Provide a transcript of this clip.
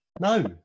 No